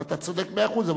אתה צודק במאה אחוז.